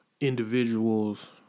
individuals